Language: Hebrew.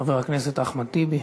חבר הכנסת אחמד טיבי,